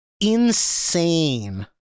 insane